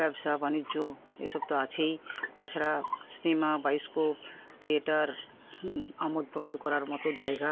ব্যবসা বাণিজ্য এসব তো আছেই তাছাড়া সিনেমা বায়োস্কোপ থিয়েটার আমোদ প্রমোদ করার মতো জায়গা